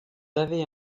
avez